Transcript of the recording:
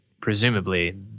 presumably